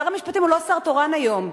שר המשפטים הוא לא שר תורן היום,